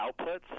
outputs